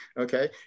okay